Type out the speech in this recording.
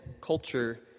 culture